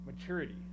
maturity